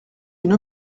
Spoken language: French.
une